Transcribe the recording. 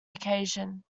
occasion